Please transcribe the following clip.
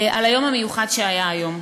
על היום המיוחד שהיה היום.